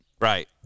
right